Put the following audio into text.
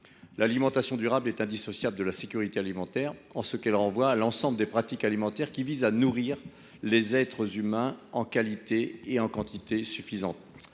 L’alimentation durable est indissociable de la sécurité alimentaire, car elle renvoie à l’ensemble des pratiques alimentaires qui visent à nourrir les êtres humains en qualité et en quantité suffisantes.